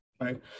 right